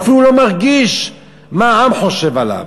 אף הוא לא מרגיש מה העם חושב עליו.